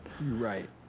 Right